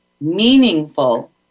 meaningful